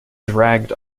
dragged